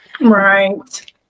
Right